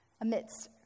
amidst